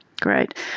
Great